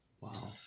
Wow